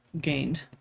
gained